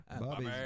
Bobby